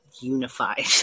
unified